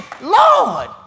Lord